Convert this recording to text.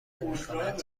نمیکنند